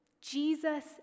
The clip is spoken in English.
Jesus